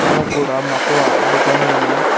అక్కడ కూడా మాకు అద్భుతమైన